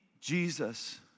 Jesus